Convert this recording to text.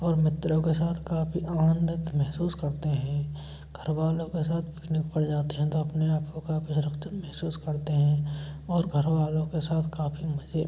और मित्रों के साथ काफी आनंदित महसूस करते हैं घरवालों के साथ पिकनिक पर जाते हैं तो अपने आपको काफ़ी सुरक्षित महसूस करते हैं और घरवालों के साथ काफ़ी मजे